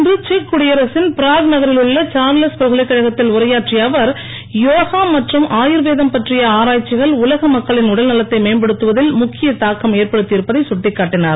இன்று செக் குடியரசின் பிராக் நகரிலுள்ள சார்லஸ் பல்கலைக்கழகத்தில் உரையாற்றிய அவர் யோகா மற்றும் ஆயுர்வேதம் பற்றிய ஆராய்ச்சிகள் உலக மக்களின் உடல் நலத்தை மேம்படுத்துவதில் முக்கிய தாக்கம் ஏற்படுத்தியிருப்பதை கட்டிக்காட்டினார்